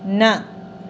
न